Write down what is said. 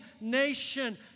nation